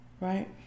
right